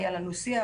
היה לנו שיח,